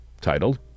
titled